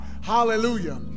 hallelujah